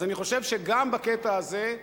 אני חושב שגם בקטע הזה,